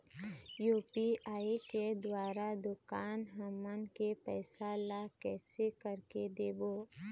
UPI के द्वारा दुकान हमन के पैसा ला कैसे कर के देबो?